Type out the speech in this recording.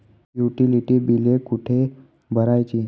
Utility बिले कुठे भरायची?